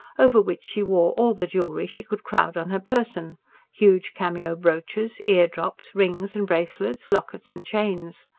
over which she wore all the jewellery she could crowd on her person huge cameo brooches, ear-drops, rings and bracelets, lockets and chains.